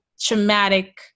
traumatic